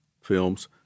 Films